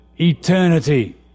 eternity